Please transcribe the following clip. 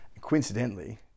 Coincidentally